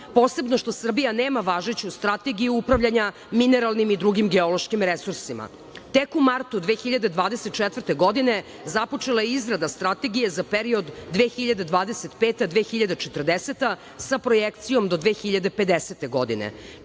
posebno što Srbija nema važeću strategiju upravljanja mineralnim i drugim geološkim resursima? Tek u martu 2024. godine započela je izrada strategije za period 2025-2040. godina sa projekcijom do 2050. godine,